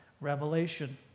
Revelation